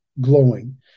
glowing